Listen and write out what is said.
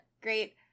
Great